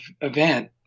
event